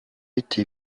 été